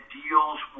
deals